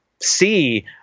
see